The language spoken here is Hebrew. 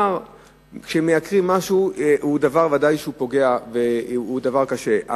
כשמייקרים משהו זה ודאי דבר שפוגע ודבר קשה,